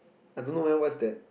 I don't know eh what's that